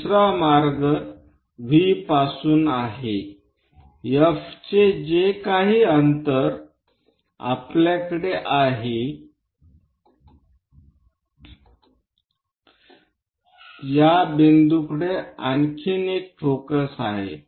दुसरा मार्ग V पासून आहे F चे जे काही अंतर आपल्याकडे आहे या बिंदूकडे आणखी एक फोकस आहे